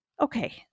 Okay